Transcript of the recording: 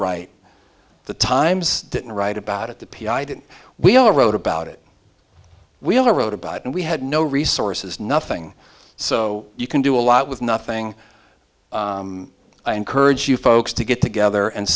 right the times didn't write about it that we all wrote about it we all wrote about it and we had no resources nothing so you can do a lot with nothing i encourage you folks to get together and